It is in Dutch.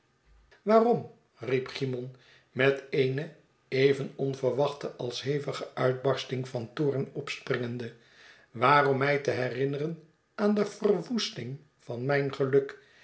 waarom riep cymon met eene even onverwachte als hevige uitbarsting van toorn opspringende waarom mij te herinneren aan de verwoesting van nrijn geluk